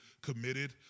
committed